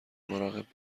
مراقب